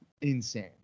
insane